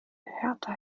hertha